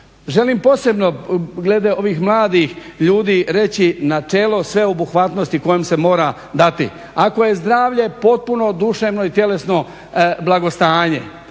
Želim posebno, glede ovih mladih ljudi reći načelo sveobuhvatnosti kojem se mora dati, ako je zdravlja potpuno duševno i tjelesno blagostanje,